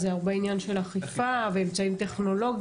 זה הרבה עניין של אכיפה ואמצעים טכנולוגיים.